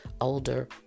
older